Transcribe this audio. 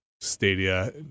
Stadia